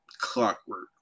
clockwork